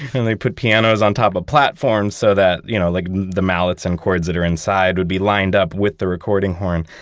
and they put pianos on top of platforms so that you know like the mallets and cords that are inside would be like and up with the recording horn.